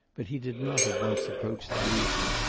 but he did not at once approach the reason.